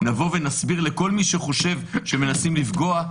נבוא ונסביר לכל מי שחושב שמנסים לפגוע,